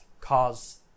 cause